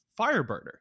Fireburner